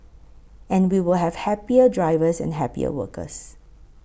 and we will have happier drivers and happier workers